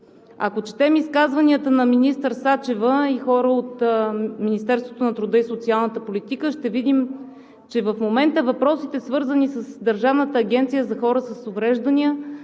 Ако четем изказванията на министър Сачева и на хора от Министерството на труда и социалната политика, ще видим, че в момента въпросите, свързани с Държавната агенция за хора с увреждания,